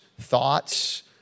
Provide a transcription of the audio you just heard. thoughts